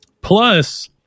Plus